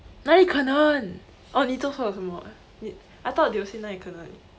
哪里可能 oh 你做错了什么 eh 你 I thought they would say 哪里可能